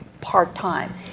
part-time